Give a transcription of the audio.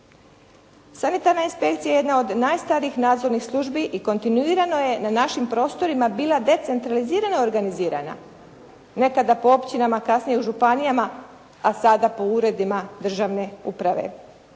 Sanitarna inspekcija je jedna od najstarijih nadzornih službi i kontinuirano je na našim prostorima bila decentralizirano organizirana. Nekada po općinama, kasnije u županijama a sada po uredima državne uprave